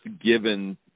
given